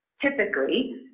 Typically